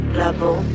level